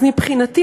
אז מבחינתי,